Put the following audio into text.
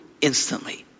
Instantly